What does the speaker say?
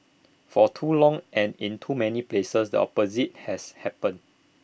for too long and in too many places the opposite has happened